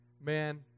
man